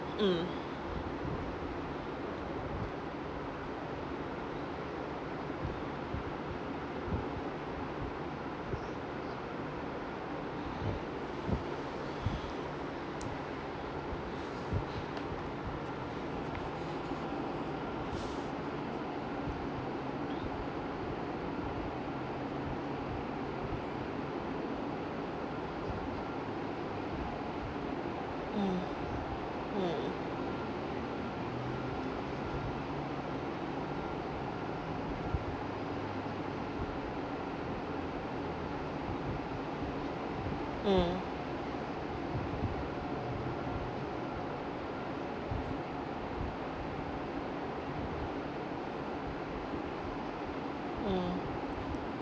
mm mm mm mm